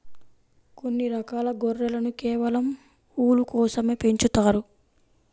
కొన్ని రకాల గొర్రెలను కేవలం ఊలు కోసమే పెంచుతారు